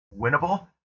winnable